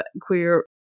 queer